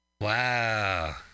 Wow